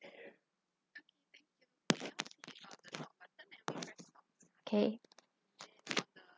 okay